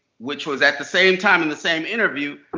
which was at the same time, in the same interview,